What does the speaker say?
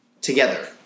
together